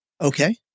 Okay